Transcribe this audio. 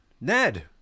Ned